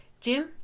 Jim